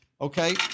Okay